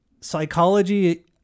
psychology